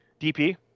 dp